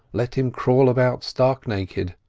let him crawl about stark naked,